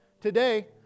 today